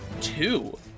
two